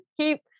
keep